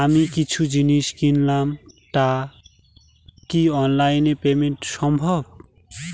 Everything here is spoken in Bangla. আমি কিছু জিনিস কিনলাম টা কি অনলাইন এ পেমেন্ট সম্বভ?